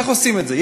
איך עושים את זה?